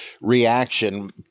reaction